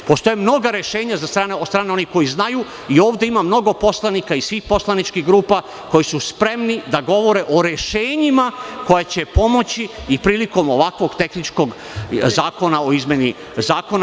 Postoje mnoga rešenja od strane onih koji znaju i ovde ima mnogo poslanika iz svih poslaničkih grupa koji su spremni da govore o rešenjima koja će pomoći i prilikom ovakvog tehničkog zakona o izmeni zakona.